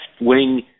wing